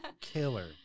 killer